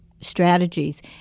strategies